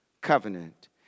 covenant